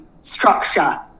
structure